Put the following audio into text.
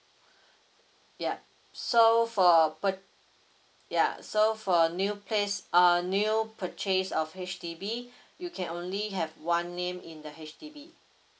yup so for pur~ yeah so for a new place err new purchase of H_D_B you can only have one name in the H_D_B